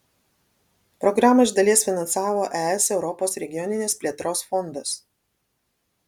programą iš dalies finansavo es europos regioninės plėtros fondas